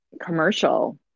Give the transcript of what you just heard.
commercial